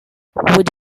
would